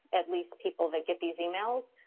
at least people that get these emails.